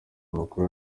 makuru